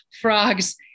frogs